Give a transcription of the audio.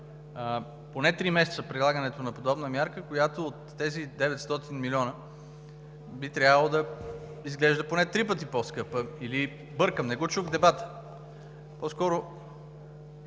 поне три месеца прилагането на подобна мярка, която от тези 900 милиона би трябвало да изглежда поне три пъти по-скъпа, или бъркам, не го чух в дебата? По-скоро